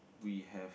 we have